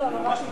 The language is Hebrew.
אני ממש מתנצל.